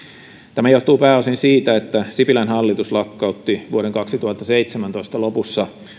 tämä johtuu pääosin siitä että sipilän hallitus lakkautti vuoden kaksituhattaseitsemäntoista lopussa